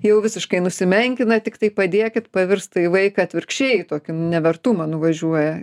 jau visiškai nusimenkina tiktai padėkit pavirsta į vaiką atvirkščiai tokį nevertumą nuvažiuoja